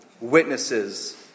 witnesses